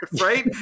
right